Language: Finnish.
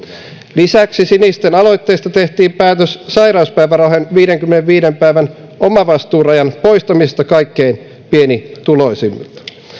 lisäksi sinisten aloitteesta tehtiin päätös sairauspäivärahojen viidenkymmenenviiden päivän omavastuurajan poistamisesta kaikkein pienituloisimmilta